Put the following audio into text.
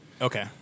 Okay